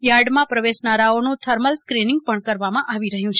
યાર્ડમાં પ્રવેશનારાઓનું thermal screening પણ કરવામાં આવી રહ્યું છે